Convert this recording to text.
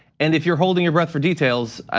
and if you're holding your breath for details,